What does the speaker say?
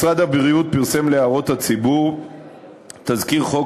משרד הבריאות פרסם להערות הציבור תזכיר חוק